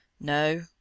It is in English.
No